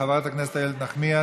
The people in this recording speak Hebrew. חברת הכנסת איילת נחמיאס,